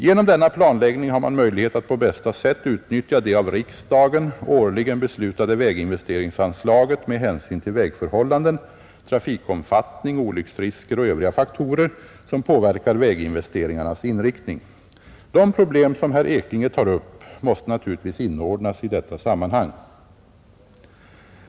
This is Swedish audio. Genom denna planläggning har man möjlighet att på bästa sätt utnyttja det av riksdagen årligen beslutade väginvesteringsanslaget med hänsyn till vägförhållanden, trafikomfattning, olycksrisker och övriga faktorer som påverkar väginvesteringarnas inriktning. De problem som herr Ekinge tar upp måste naturligtvis inordnas i detta sammanhang.